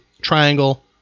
Triangle